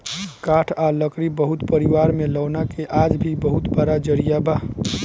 काठ आ लकड़ी बहुत परिवार में लौना के आज भी बड़ा जरिया बा